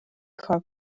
کار